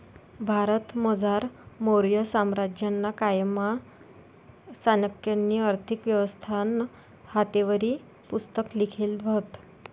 भारतमझार मौर्य साम्राज्यना कायमा चाणक्यनी आर्थिक व्यवस्थानं हातेवरी पुस्तक लिखेल व्हतं